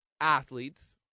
athletes